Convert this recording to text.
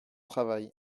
travail